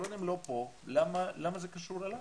כל עוד הם לא פה למה זה קשור אליי?